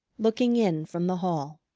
looking in from the hall.